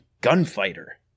Gunfighter